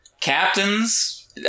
Captains